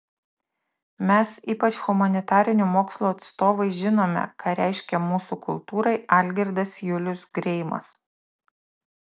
mes ypač humanitarinių mokslų atstovai žinome ką reiškia mūsų kultūrai algirdas julius greimas